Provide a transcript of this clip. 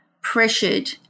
pressured